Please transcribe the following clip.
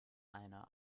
eine